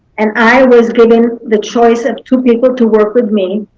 and i was given the choice of two people to work with me.